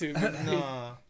No